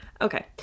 okay